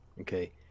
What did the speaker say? okay